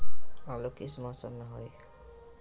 आलू किस मौसम में होई?